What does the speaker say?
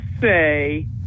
say